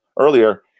earlier